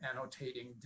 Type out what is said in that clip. annotating